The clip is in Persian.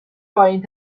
پایین